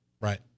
Right